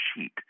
sheet